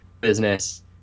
Business